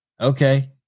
Okay